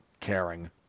caring